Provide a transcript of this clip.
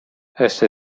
esse